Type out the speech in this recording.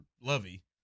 Lovey